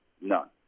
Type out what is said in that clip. none